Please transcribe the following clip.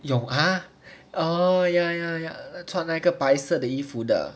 永和 orh ya ya ya 那穿那个白色衣服的